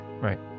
right